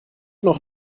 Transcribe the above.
noch